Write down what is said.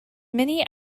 many